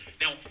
now